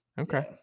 Okay